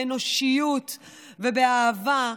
באנושיות ובאהבה.